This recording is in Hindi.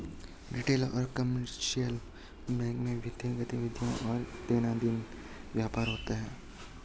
रिटेल और कमर्शियल बैंक में वित्तीय गतिविधियों और दैनंदिन व्यापार होता है